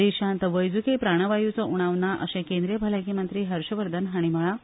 देशांत वैजकी प्राणवायुचो उणाव ना अशें केंद्रीय भलायकी मंत्री हर्षवर्धन हांणी म्हणलां